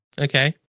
Okay